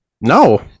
No